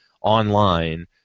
online